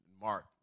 Mark